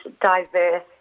diverse